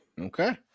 Okay